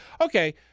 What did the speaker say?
Okay